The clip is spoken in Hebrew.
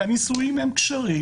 והנישואים הם כשרים.